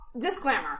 disclaimer